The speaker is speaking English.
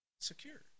secure